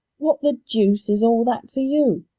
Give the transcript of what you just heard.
what the deuce is all that to you?